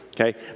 Okay